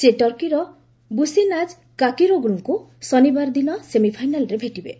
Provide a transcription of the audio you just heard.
ସେ ଟର୍କିର ବୁସେନାଜ୍ କାକିରୋଗ୍ଲୁଙ୍କୁ ଶନିବାର ଦିନ ସେମିଫାଇନାଲ୍ରେ ଭେଟିବେ